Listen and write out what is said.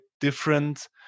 different